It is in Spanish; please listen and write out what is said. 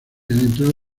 entre